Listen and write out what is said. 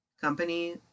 company